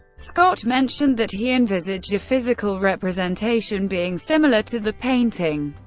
scott mentioned that he envisaged a physical representation being similar to the painting,